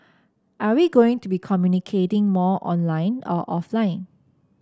are we going to be communicating more online or offline